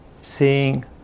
seeing